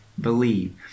believe